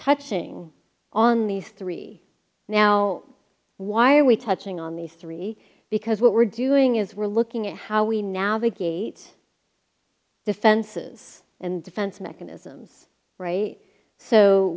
touching on these three now why are we touching on these three because what we're doing is we're looking at how we navigate defenses and defense mechanisms right so